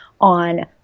on